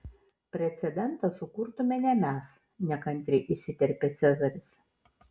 precedentą sukurtume ne mes nekantriai įsiterpė cezaris